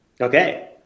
Okay